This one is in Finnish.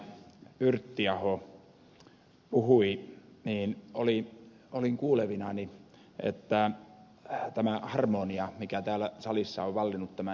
yrttiaho puhui olin kuulevinani että tämä harmonia mikä täällä salissa on vallinnut tämän illan vähän särkyi